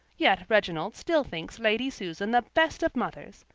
yet reginald still thinks lady susan the best of mothers,